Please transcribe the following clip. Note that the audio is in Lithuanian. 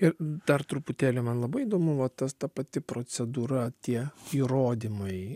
ir dar truputėlį man labai įdomu va tas ta pati procedūra tie įrodymai